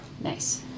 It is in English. Nice